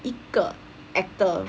一个 actor